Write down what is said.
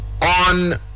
On